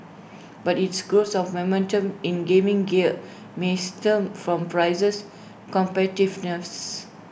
but its grows of momentum in gaming gear may stem from prices competitiveness